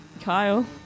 Kyle